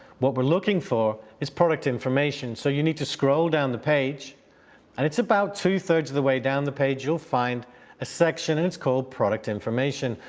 what we're looking for is product information, so you need to scroll down the page and it's about two thirds of the way down the page you'll find a section that's called product information,